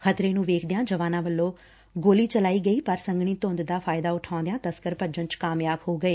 ਖਤਰੇ ਨੂੰ ਵੇਖਦਿਆਂ ਜਵਾਨਾਂ ਵਲੋਂ ਗੋਲੀ ਚਲਾਈ ਗਈ ਪਰ ਸੰਘਣੀ ਧੁੰਦ ਦਾ ਫਾਇਦਾ ਉਠਾਉਦਿਆਂ ਤਸਕਰ ਭੱਜਣ ਚ ਕਾਮਿਆਬ ਹੋ ਗਏ